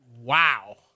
wow